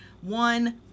one